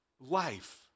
life